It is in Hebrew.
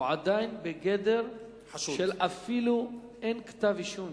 הוא עדיין בגדר מי שאפילו אין נגדו כתב-אישום.